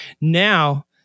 Now